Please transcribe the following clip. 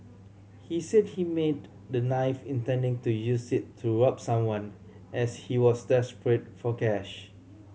he said he made the knife intending to use it to rob someone as he was desperate for cash